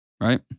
Right